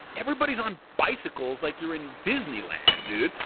everybody's on bicycles like you're in disneyland dude.